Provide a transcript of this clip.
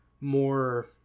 more